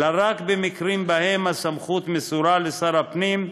אלא רק במקרים שבהם הסמכות מסורה לשר הפנים,